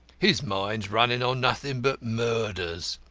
his mind's running on nothing but murders.